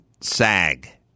sag